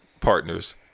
partners